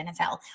NFL